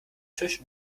tisch